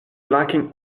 lacking